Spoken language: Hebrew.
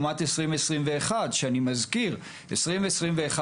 שאני מזכיר ששנת 2021,